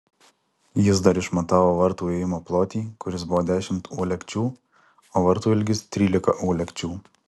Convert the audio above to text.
jis dar išmatavo vartų įėjimo plotį kuris buvo dešimt uolekčių o vartų ilgis trylika uolekčių